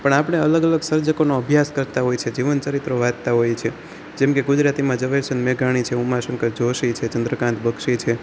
પણ આપણે અલગ અલગ સર્જકોનો અભ્યાસ કરતાં હોઈ છીએ જીવન ચરિત્ર વાંચતાં હોઈ છીએ જેમકે ગુજરાતીમાં ઝવેરચંદ મેઘાણી છે ઉમાશંકર જોશી છે ચંદ્રકાંત બક્ષી છે